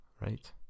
Right